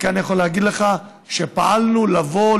וכאן אני יכול להגיד לך שפעלנו לבוא,